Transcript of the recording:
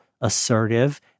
assertive